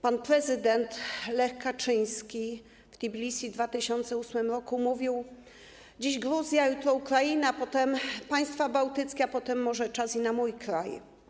Pan prezydent Lech Kaczyński w Tbilisi w 2008 r. mówił: Dziś Gruzja, jutro Ukraina, potem państwa bałtyckie, a potem może czas i na mój kraj.